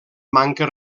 manca